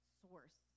source